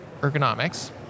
ergonomics